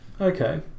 okay